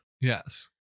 Yes